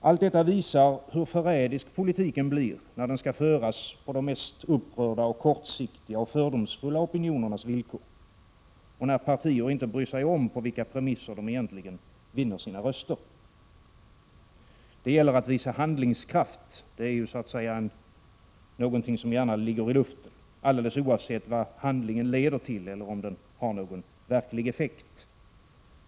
Allt detta visar hur förrädisk politiken blir, när den skall föras på de mest upprörda, kortsiktiga och fördomsfulla opinionernas villkor och när partier inte bryr sig om på vilka premisser de egentligen vinner sina röster. Det gäller att visa handlingskraft. Detta är någonting som så att säga gärna ligger i luften, alldeles oavsett vad handlingen leder till eller om den har någon verklig effekt.